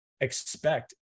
expect